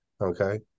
Okay